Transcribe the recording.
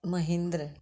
Mahendra